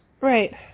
Right